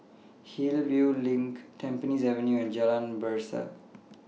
Hillview LINK Tampines Avenue and Jalan Berseh